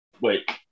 wait